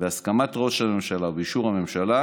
בהסכמת ראש הממשלה ובאישור הממשלה,